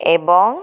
ଏବଂ